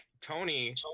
Tony